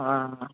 ఆ